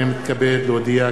הנני מתכבד להודיע,